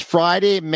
Friday